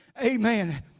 amen